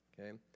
okay